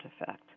effect